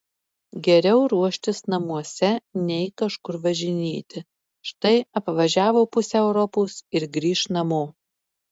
geriau ruoštis namuose nei kažkur važinėti štai apvažiavo pusę europos ir grįš namo